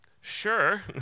sure